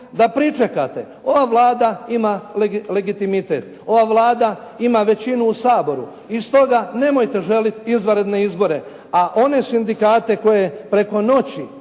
da pričekate. Ova Vlada ima legitimitet, ova Vlada ima većinu u Saboru i stoga nemojte željeti izvanredne izbore. A one sindikate koje preko noći